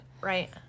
right